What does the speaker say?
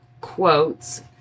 quotes